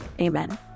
amen